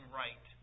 right